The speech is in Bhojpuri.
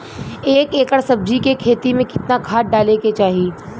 एक एकड़ सब्जी के खेती में कितना खाद डाले के चाही?